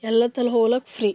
ಎಲ್ಲಂತಲ್ಲಿ ಹೋಲಾಕ್ಕೆ ಫ್ರೀ